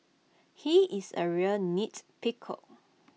he is A real nitpicker